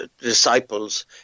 disciples